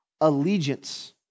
allegiance